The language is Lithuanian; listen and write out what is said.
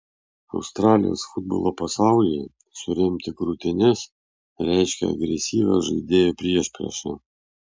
australijos futbolo pasaulyje suremti krūtines reiškia agresyvią žaidėjų priešpriešą